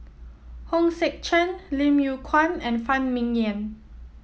Hong Sek Chern Lim Yew Kuan and Phan Ming Yen